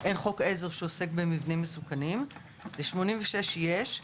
אין חוק עזר שעוסק במבנים מסוכנים ול-86 אחוזים יש,